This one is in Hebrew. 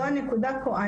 זו הנקודה פה,